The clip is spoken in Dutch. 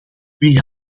wie